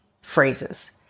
phrases